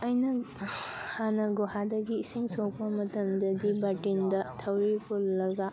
ꯑꯩꯅ ꯍꯥꯟꯅ ꯒꯨꯍꯥꯗꯒꯤ ꯏꯁꯤꯡ ꯁꯣꯛꯄ ꯃꯇꯝꯗꯗꯤ ꯕꯥꯔꯇꯤꯟꯗ ꯊꯧꯔꯤ ꯄꯨꯜꯂꯒ